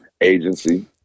agency